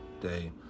day